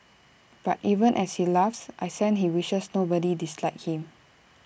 but even as he laughs I sense he wishes nobody disliked him